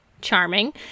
charming